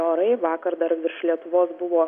orai vakar dar virš lietuvos buvo